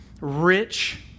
rich